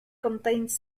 contains